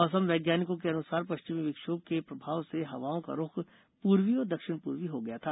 मौसम वैज्ञानिकों के अनुसार पश्चिमी विक्षोभ के प्रभाव से हवाओं का रुख पूर्वी और दक्षिण पूर्वी हो गया था